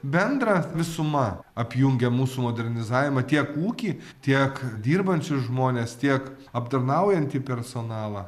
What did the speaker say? bendra visuma apjungia mūsų modernizavimą tiek ūkį tiek dirbančius žmones tiek aptarnaujantį personalą